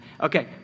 Okay